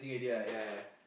ya ya